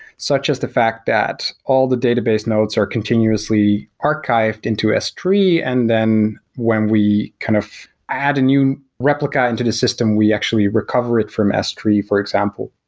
such as the fact that all the database nodes are continuously archived into s three, and then when we kind of add a new replica into the system, we actually recover it from s three, for example.